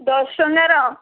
ଦଶ ଟଙ୍କାର